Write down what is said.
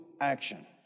action